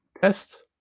test